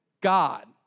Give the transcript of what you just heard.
God